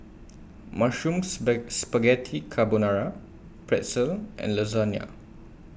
Mushroom Spaghetti Carbonara Pretzel and Lasagna